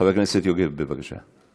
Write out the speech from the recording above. חבר הכנסת יוגב, בבקשה.